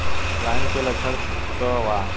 ऑफलाइनके लक्षण क वा?